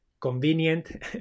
convenient